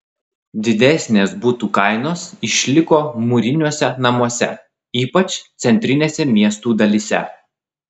didesnės butų kainos išliko mūriniuose namuose ypač centrinėse miestų dalyse